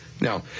Now